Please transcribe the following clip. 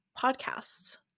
podcasts